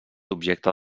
objecte